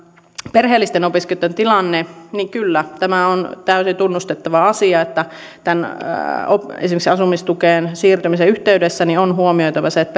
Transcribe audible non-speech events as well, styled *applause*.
perheellisten opiskelijoitten tilanne kyllä tämä on täysin tunnustettava asia että esimerkiksi asumistukeen siirtymisen yhteydessä on huomioitava se että *unintelligible*